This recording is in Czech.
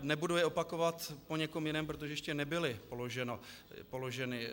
Nebudu je opakovat po někom jiném, protože ještě nebyly položeny.